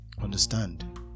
Understand